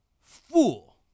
fool